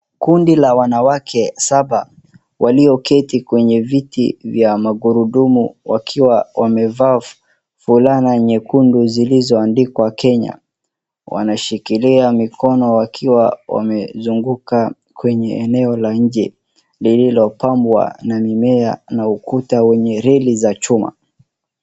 Kundi la wanawake saba, walioketi kwenye viti vya magurundumu wakiwa wamevaa fulana nyekundu zilizoandikwa kwa Kenya. Wanashikiria mikono wakiwa wamezunguka kwenye eneo la nje ,lilopambwa na mimea na ukuta wenye reli za chuma.